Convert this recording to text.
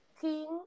king